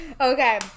Okay